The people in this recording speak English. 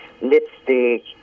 lipstick